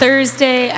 Thursday